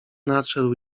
nadszedł